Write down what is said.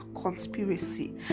conspiracy